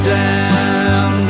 down